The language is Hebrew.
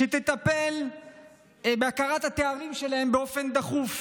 שתטפל בהכרה בתארים שלהם באופן דחוף,